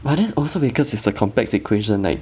but that's also because it's a complex equation like